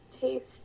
taste